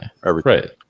Right